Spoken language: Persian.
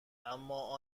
اما